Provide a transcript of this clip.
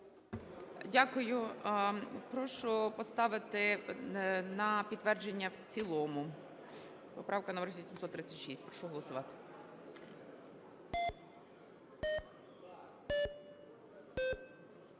Дякую. Прошу поставити на підтвердження в цілому. Поправка номер 836, прошу голосувати.